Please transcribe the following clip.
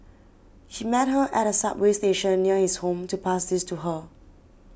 she met her at a subway station near his home to pass these to her